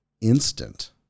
instant